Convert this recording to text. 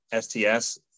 STS